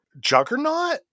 Juggernaut